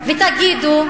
יש זכויות,